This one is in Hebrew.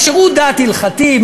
זה שירות דת הלכתי,